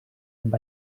amb